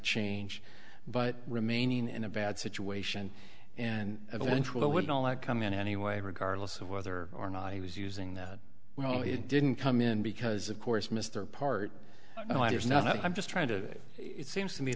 change but remaining in a bad situation and eventual would all that come in any way regardless of whether or not he was using that well it didn't come in because of course mr part oh it is not i'm just trying to it seems to me